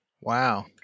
Wow